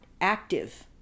active